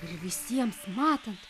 ir visiems matant